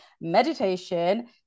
meditation